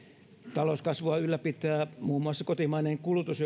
talouskasvua ylläpitää muun muassa kotimainen kulutus